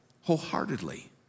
wholeheartedly